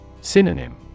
Synonym